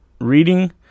Reading